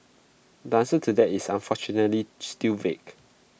the answer to that is unfortunately still vague